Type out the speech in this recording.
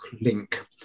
link